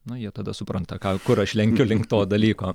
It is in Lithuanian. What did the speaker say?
na jie tada supranta ką kur aš lenkiu link to dalyko